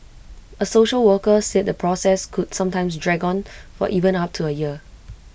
A social worker said the process could sometimes drag on for even up to A year